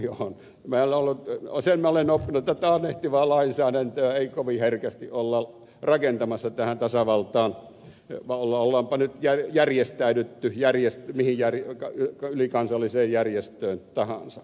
sen minä olen oppinut että taannehtivaa lainsäädäntöä ei kovin herkästi olla rakentamassa tähän tasavaltaan onpa nyt järjestäydytty mihin ylikansalliseen järjestöön tahansa